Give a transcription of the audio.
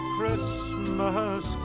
Christmas